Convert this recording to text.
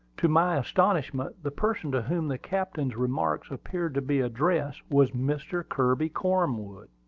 to my astonishment, the person to whom the captain's remark appeared to be addressed was mr. kirby cornwood,